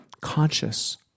conscious